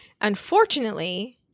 Unfortunately